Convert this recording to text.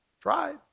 Tried